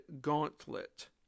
Gauntlet